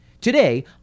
Today